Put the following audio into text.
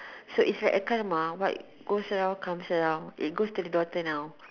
so it's kind of like ma what goes around come around it goes to the daughter now